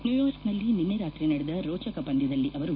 ನ್ನೂಯಾರ್ಕ್ನಲ್ಲಿ ನಿಸ್ಟೆ ರಾತ್ರಿ ನಡೆದ ರೋಚಕ ಪಂದ್ಯದಲ್ಲಿ ಅವರು